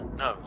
no